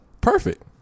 perfect